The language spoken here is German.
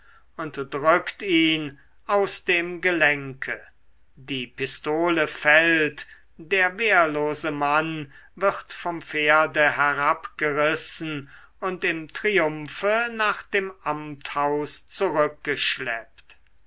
und drückt ihn aus dem gelenke die pistole fällt der wehrlose mann wird vom pferde herabgerissen und im triumphe nach dem amthaus